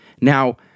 Now